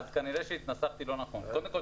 אז כנראה שהתנסחתי לא נכון.